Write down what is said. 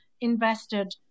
invested